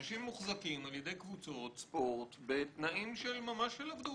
אנשים מוחזקים על ידי קבוצות ספורט בתנאים של עבדות.